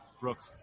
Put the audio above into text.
Brooks